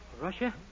Russia